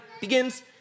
begins